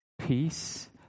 peace